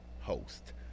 host